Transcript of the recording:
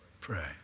pray